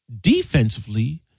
defensively